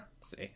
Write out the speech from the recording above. see